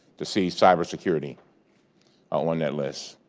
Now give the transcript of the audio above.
to see cybersecurity on that list.